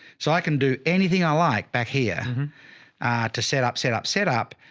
so i can do anything i like back here to set up, set up, set up,